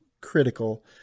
critical